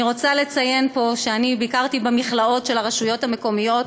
אני רוצה לציין פה שאני ביקרתי במכלאות של הרשויות המקומיות,